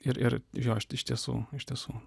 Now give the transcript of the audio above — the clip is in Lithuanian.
ir ir jo iš tiesų iš tiesų